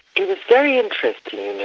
it was very interesting